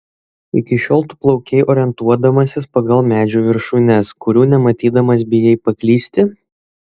iki šiol tu plaukei orientuodamasis pagal medžių viršūnes kurių nematydamas bijai paklysti